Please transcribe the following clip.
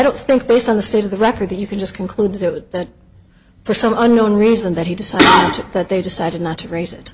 don't think based on the state of the record that you can just conclude that for some unknown reason that he decided that they decided not to raise it